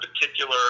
particular